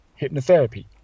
hypnotherapy